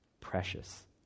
precious